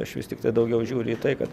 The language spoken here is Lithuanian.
aš vis tiktai daugiau žiūriu į tai kad